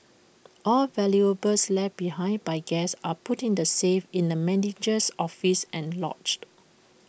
all valuables left behind by guests are put in A safe in the manager's office and logged